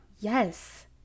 Yes